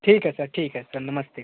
ठीक है सर ठीक है सर नमस्ते